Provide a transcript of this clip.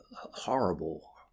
horrible